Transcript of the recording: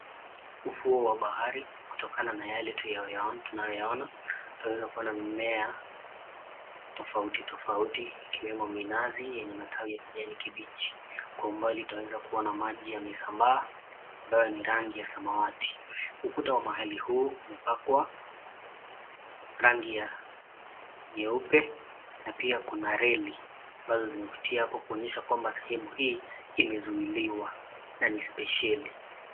Ufuo wa bahari kutokana na yake tunayoyaona twaeza kuona mimea tofauti tofauti ikiwemo minazi yenye matawi ya kijani kibichi kwa umbali twaweza kuona maji yamesambaa ambayo ni rangi ya samawati. Ukuta wa mahali huu umepakwa rangi ya nyeupe na pia kuna reli ambazo zimepitia apo kuonyesha kwamba sehemu hii imezuiliwa na ni spesheli.